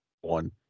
one